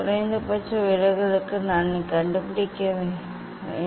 குறைந்தபட்ச விலகலுக்கு நான் கண்டுபிடிக்க வேண்டும்